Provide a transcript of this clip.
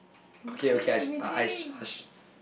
okay okay I sh~ I sh~